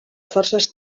forces